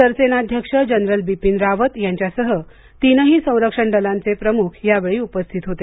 सरसेनाध्यक्ष जनरल बिपीन रावत यांच्यासह तीनही संरक्षण दलांचे प्रमुख यावेळी उपस्थित होते